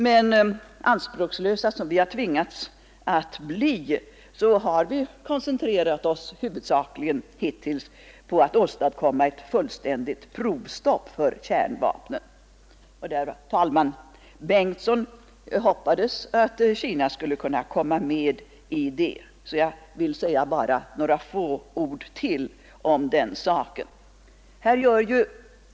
Men anspråkslösa som vi tvingats att bli har vi hittills huvudsakligen ägnat oss åt att åstadkomma ett fullständigt provstopp för kärnvapnen. Förste vice talmannen Bengtson sade i sitt anförande att han hoppades att Kina skulle kunna deltaga i detta. Därför vill jag ytterligare säga några få ord om den saken.